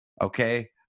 Okay